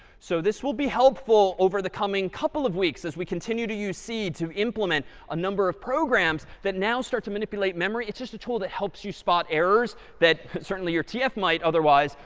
so this will be helpful over the coming couple of weeks as we continue to use c to implement a number of programs that now start to manipulate memory. it's just a tool that helps you spot errors that certainly, your tf might otherwise,